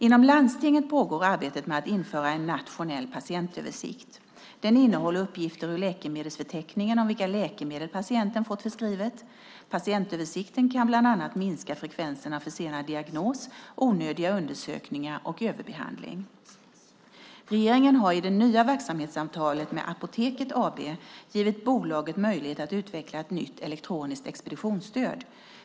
Inom landstingen pågår arbetet med att införa en nationell patientöversikt. Den innehåller uppgifter ur läkemedelsförteckningen om vilka läkemedel patienten fått förskrivet. Patientöversikten kan bland annat minska frekvensen av försenad diagnos, onödiga undersökningar och överbehandling. Regeringen har i det nya verksamhetsavtalet med Apoteket AB givit bolaget möjlighet att utveckla ett nytt elektroniskt expeditionsstöd.